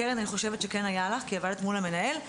לקרן אני חושבת שכן היה, כי היא עבדה מול המנהל.